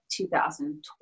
2012